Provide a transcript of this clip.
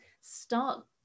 start